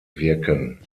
wirken